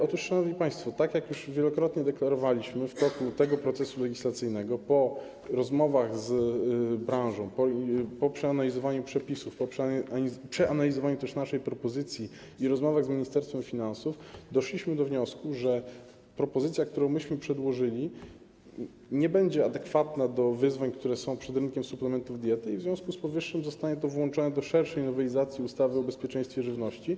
Otóż, szanowni państwo, tak jak już wielokrotnie deklarowaliśmy w toku tego procesu legislacyjnego, po rozmowach z branżą, a także po przeanalizowaniu przepisów, po przeanalizowaniu naszej propozycji i rozmowach z Ministerstwem Finansów, doszliśmy do wniosku, że propozycja, którą przedłożyliśmy, nie będzie adekwatna do wyzwań, które są przed rynkiem suplementów diety, i w związku z powyższym zostanie to włączone do szerszej nowelizacji ustawy o bezpieczeństwie żywności.